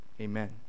Amen